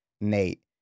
Nate